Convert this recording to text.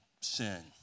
sin